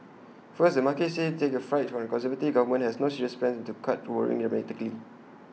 first the markets take fright that A conservative government has no serious plans to cut borrowing dramatically